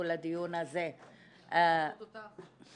לדיון הזה --- אנחנו מברכות אותך.